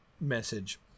message